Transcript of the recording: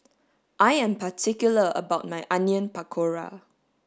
I am particular about my onion pakora